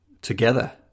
together